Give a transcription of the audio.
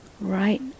Right